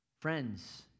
Friends